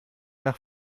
nach